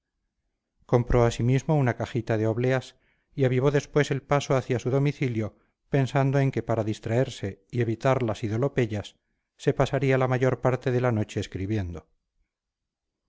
compró asimismo una cajita de obleas y avivó después el paso hacia su domicilio pensando en que para distraerse y evitar las idolopeyas se pasaría la mayor parte de la noche escribiendo